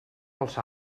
els